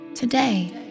Today